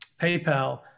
PayPal